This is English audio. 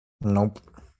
Nope